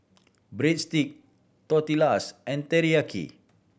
Breadstick Tortillas and Teriyaki